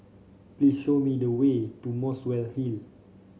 please show me the way to Muswell Hill